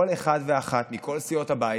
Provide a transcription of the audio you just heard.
כל אחד ואחת מכל סיעות הבית,